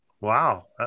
Wow